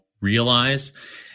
realize